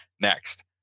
next